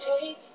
take